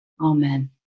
Amen